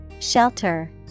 shelter